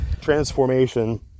transformation